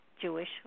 Jewish